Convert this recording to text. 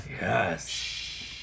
Yes